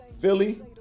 Philly